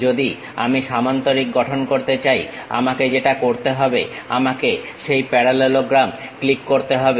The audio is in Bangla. যদি আমি সামান্তরিক গঠন করতে চাইআমাকে যেটা করতে হবে আমাকে সেই প্যারাল্যালোগ্রাম ক্লিক করতে হবে